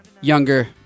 younger